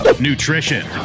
nutrition